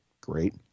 great